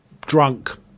drunk